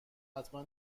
حتما